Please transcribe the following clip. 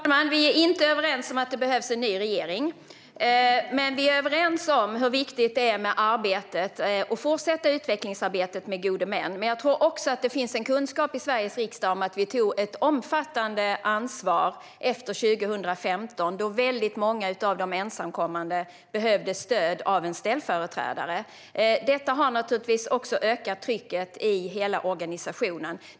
Fru talman! Vi är inte överens om att det behövs en ny regering, men vi är överens om hur viktigt det är att fortsätta utvecklingsarbetet med gode män. Jag tror också att det finns en kunskap i Sveriges riksdag om att vi tog ett omfattande ansvar efter 2015, då många av de ensamkommande behövde stöd av en ställföreträdare. Detta har naturligtvis ökat trycket i hela organisationen.